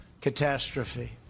catastrophe